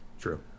True